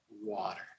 water